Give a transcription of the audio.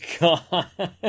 God